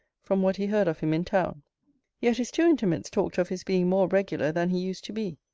from what he heard of him in town yet his two intimates talked of his being more regular than he used to be.